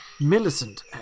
Millicent